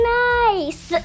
nice